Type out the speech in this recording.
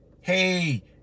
Hey